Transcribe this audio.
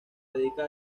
dedica